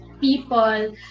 people